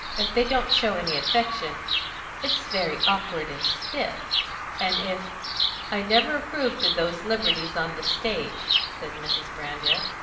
if they don't show any affection it's very awkward and stiff and if i never approved of those liberties on the stage, said mrs. brandreth.